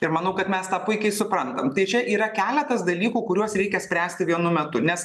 ir manau kad mes tą puikiai suprantam tai čia yra keletas dalykų kuriuos reikia spręsti vienu metu nes